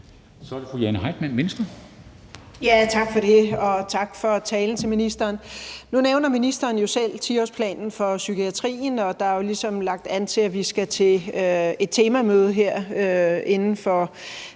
Kl. 10:46 Jane Heitmann (V): Tak for det, og tak til ministeren for talen. Nu nævner ministeren jo selv 10-årsplanen for psykiatrien, og der er jo ligesom lagt an til, at vi skal til et temamøde her inden for